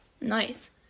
Nice